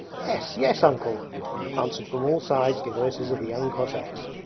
yes, yes. uncle answered from all sides the voices of the young cossacks.